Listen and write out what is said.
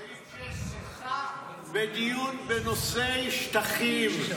בסעיף 6 --- בדיון בנושאי שטחים.